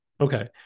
Okay